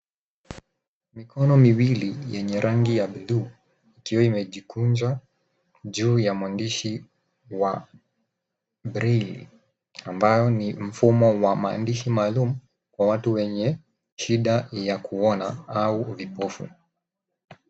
Mikono miwili yenye rangi ya bluu ikiwa imejikunja juu ya maandishi wa breli ambayo ni mfumo wa maandishi maalum wa watu wenye shida ya kuona au vipofu.